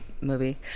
movie